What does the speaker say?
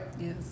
Yes